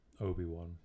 Obi-Wan